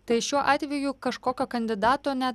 tai šiuo atveju kažkokio kandidato net